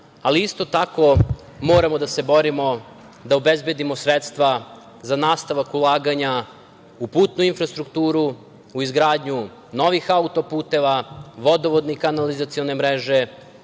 ali isto tako moramo da se borimo da obezbedimo sredstva za nastavak ulaganja u putnu infrastrukturu, u izgradnju novih autoputeva, vodovodne i kanalizacione mreže,